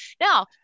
Now